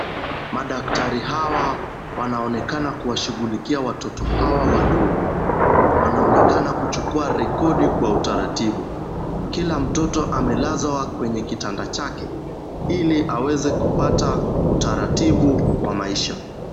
Madaktari hawa wanaonekana kuwa shughulikia watoto hawa wadogo. Wanaonekana kuchukua rekodi kwa utaratibu. Kila mtoto amelazwa kwenye kitanda chake ili aweze kupata utaratibu wa maisha.